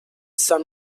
sun